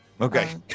Okay